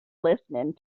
listening